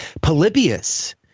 Polybius